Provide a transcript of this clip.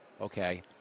okay